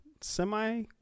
semi